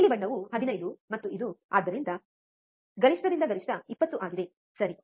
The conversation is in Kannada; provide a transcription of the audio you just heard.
ನೀಲಿ ಬಣ್ಣವು 15 ಮತ್ತು ಇದು ಆದ್ದರಿಂದ ಗರಿಷ್ಠದಿಂದ ಗರಿಷ್ಠ 20 ಆಗಿದೆ ಸರಿ